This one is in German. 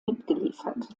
mitgeliefert